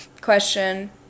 question